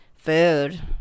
Food